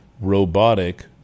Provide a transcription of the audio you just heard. robotic